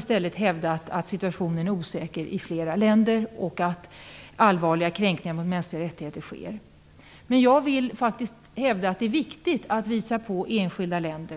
stället lyft fram att situationen är osäker i fler länder där allvarliga kränkningar mot mänskliga rättigheter sker. Men jag vill hävda att det är viktigt att visa på enskilda länder.